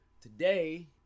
today